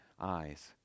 eyes